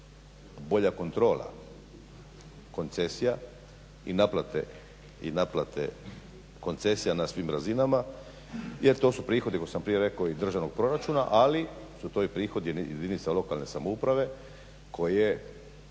bola kontrola koncesija i naplate koncesija na svim razinama jer to su prihodi kako sam i prije rekao iz Državnog proračuna, ali su to i prihodi jedinica lokalne samouprave koje